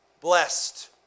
blessed